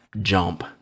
jump